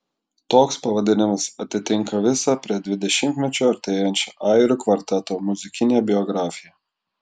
toks pavadinimas atitinka visą prie dvidešimtmečio artėjančią airių kvarteto muzikinę biografiją